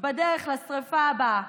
בדרך לשרפה הבאה.